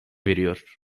veriyor